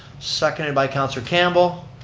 seconded by councilor campbell.